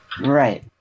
Right